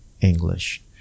English